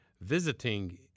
visiting